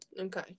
Okay